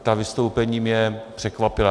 Ta vystoupení mě překvapila.